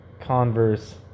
converse